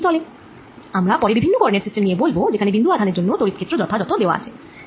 আমরা পরে বিভিন্ন কোঅর্ডিনেট সিস্টেম নিয়ে বলব যেখানে বিন্দু আধানের জন্যে তড়িৎ ক্ষেত্র যথাযথ দেওয়া আছে